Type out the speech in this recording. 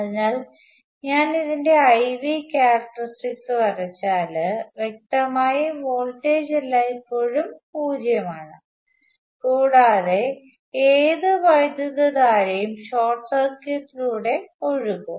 അതിനാൽ ഞാൻ ഇതിന്റെ I V ക്യാരക്ടറിസ്റ്റിക്സ് വരച്ചാൽ വ്യക്തമായും വോൾട്ടേജ് എല്ലായ്പ്പോഴും പൂജ്യമാണ് കൂടാതെ ഏത് വൈദ്യുതധാരയും ഷോർട്ട് സർക്യൂട്ടിലൂടെ ഒഴുകും